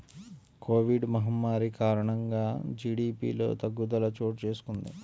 Covid మహమ్మారి కారణంగా జీడీపిలో తగ్గుదల చోటుచేసుకొంది